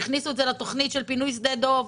שהכניסו את זה לתוכנית של פינוי שדה דב,